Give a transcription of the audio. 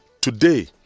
today